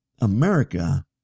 America